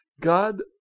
God